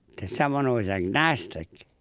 to someone who's agnostic,